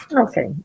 Okay